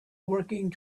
working